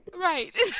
Right